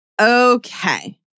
Okay